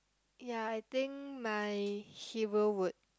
ya I think my hero would